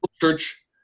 church